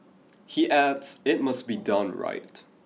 he adds it must be done right